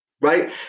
Right